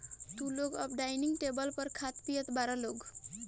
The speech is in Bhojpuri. तू लोग अब डाइनिंग टेबल पर खात पियत बारा लोग